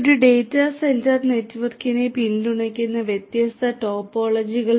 ഒരു data centre നെറ്റ്വർക്കിനെ പിന്തുണയ്ക്കുന്ന വ്യത്യസ്ത ടോപ്പോളജികൾ